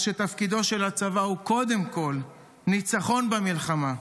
שתפקידו של הצבא הוא קודם כל ניצחון במלחמה.